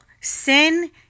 sin